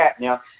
Now